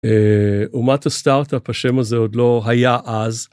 אומת הסטארטאפ השם הזה עוד לא היה אז.